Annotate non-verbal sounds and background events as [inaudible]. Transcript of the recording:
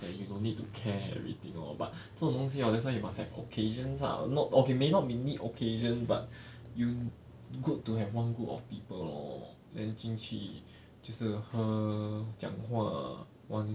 that you don't need to care everything lor but 这种东西 hor that's why you must have occasions ah not okay may not be need occasions but [breath] you good to have one group of people lor the 进去 [breath] 就是喝讲话玩